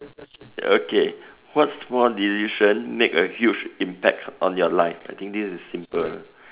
okay what small decision make a huge impact on your life I think this is simple lah